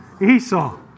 Esau